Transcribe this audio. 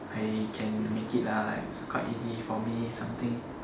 I can make it lah like quite easy for me something